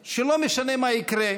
אז שיתכבד ראש הממשלה לכתת רגליו לשם,